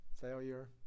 failure